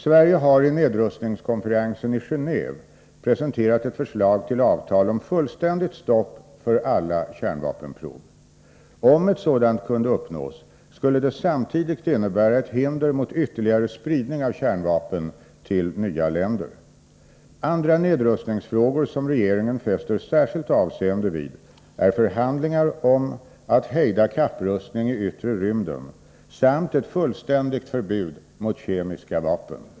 Sverige har i nedrustningskonferensen i Gendve presenterat ett förslag till avtal om fullständigt stopp för alla kärnvapenprov. Om ett sådant kunde uppnås, skulle det samtidigt innebära ett hinder mot ytterligare spridning av kärnvapen till nya länder. Andra nedrustningsfrågor som regeringen fäster särskilt avseende vid är förhandlingar om att hejda kapprustning i yttre rymden samt ett fullständigt förbud mot kemiska vapen.